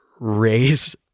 raise